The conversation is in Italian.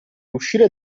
uscire